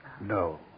No